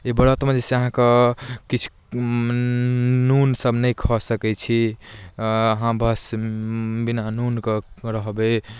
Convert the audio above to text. एहि व्रतमे जे छै से अहाँके किछु नून सभ नहि खा सकै छी अहाँ बस बिना नूनके रहबै